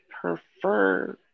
prefer